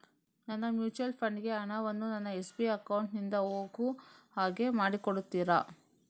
ನನ್ನ mutual fund ಗೆ ಹಣ ವನ್ನು ನನ್ನ ಎಸ್.ಬಿ ಅಕೌಂಟ್ ನಿಂದ ಹೋಗು ಹಾಗೆ ಮಾಡಿಕೊಡುತ್ತೀರಾ?